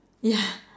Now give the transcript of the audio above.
yeah